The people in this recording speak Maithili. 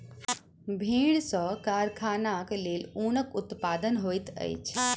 भेड़ सॅ कारखानाक लेल ऊनक उत्पादन होइत अछि